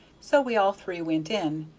so we all three went in.